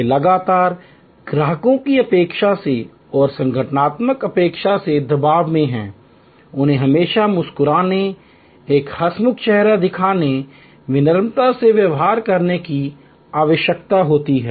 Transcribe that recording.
वे लगातार ग्राहकों की अपेक्षा से और संगठनात्मक अपेक्षा से दबाव में हैं उन्हें हमेशा मुस्कुराने एक हंसमुख चेहरा दिखाने विनम्रता से व्यवहार करने की आवश्यकता होती है